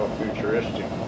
futuristic